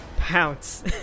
Pounce